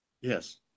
Yes